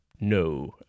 No